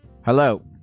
Hello